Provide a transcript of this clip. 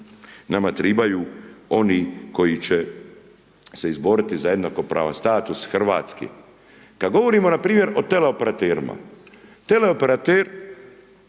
nama tribaju oni koji će se izboriti za jednakopravan status Hrvatske. Kad govorimo, npr. o tele operaterima. Tele operateri,